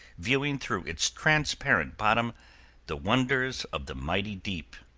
viewing through its transparent bottom the wonders of the mighty deep.